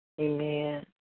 Amen